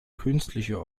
künstliche